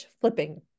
flipping